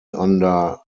under